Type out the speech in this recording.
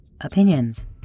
opinions